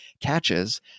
catches